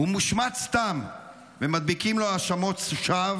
הוא מושמץ סתם ומדביקים לו האשמות שווא